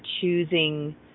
choosing